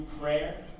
prayer